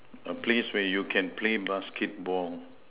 a place where you can play basketball